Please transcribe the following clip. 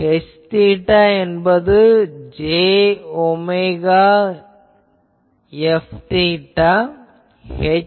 Hθ என்பது j omega Fθ